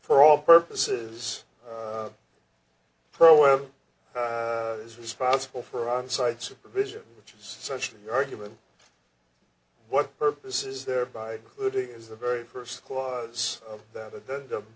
for all purposes pro or is responsible for outside supervision which is such an argument what purpose is there by doing is the very first cause of the